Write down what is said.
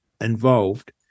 involved